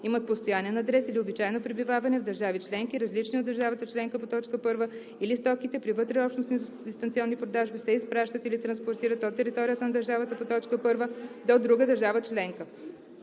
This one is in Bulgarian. имат постоянен адрес или обичайно пребиваване в държави членки, различни от държавата членка по т. 1, или стоките при вътреобщностни дистанционни продажби се изпращат или транспортират от територията на държавата по т. 1 до друга държава членка;